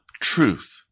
truth